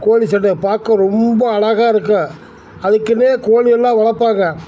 கோழி சண்டையப் பார்க்க ரொம்ப அழகா இருக்கும் அதுக்குன்னே கோழியெல்லாம் வளர்ப்பாங்க